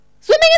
swimming